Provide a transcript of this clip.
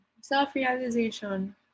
Self-realization